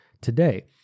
today